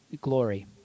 glory